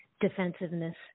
defensiveness